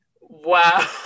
Wow